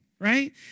Right